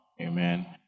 Amen